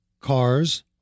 Cars